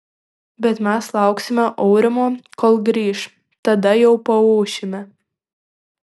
bet mes lauksime aurimo kol grįš tada jau paūšime